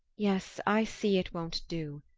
yes, i see it won't do,